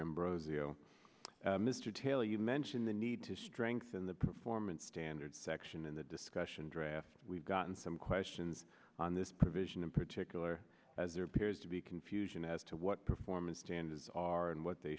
ambrosio mr taylor you mentioned the need to strengthen the performance standards section in the discussion draft we've gotten some questions on this provision in particular as there appears to be confusion as to what performance standards are and what they